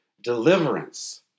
deliverance